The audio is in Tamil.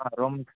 ரூம்க்கு